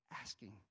asking